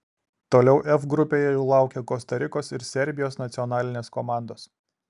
toliau f grupėje jų laukia kosta rikos ir serbijos nacionalinės komandos